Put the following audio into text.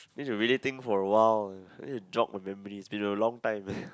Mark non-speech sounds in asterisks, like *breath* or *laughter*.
need to really think for a while need to jog of memories been a long time *breath*